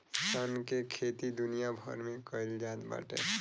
सन के खेती दुनिया भर में कईल जात बाटे